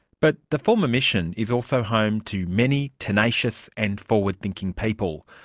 but the former mission is also home to many tenacious and forward-thinking people.